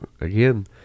again